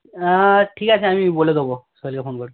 ঠিক আছে আমি বলে দেব সোহেলকে ফোন করে